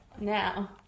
Now